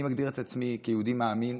אני מגדיר את עצמי כיהודי מאמין,